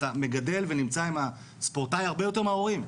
אתה מגדל ונמצא עם הספורטאי הרבה יותר מההורים,